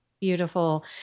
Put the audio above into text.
Beautiful